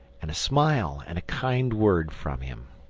and a smile, and a kind word from him.